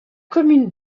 commune